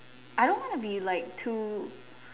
I don't wanna be like too